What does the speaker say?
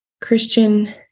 Christian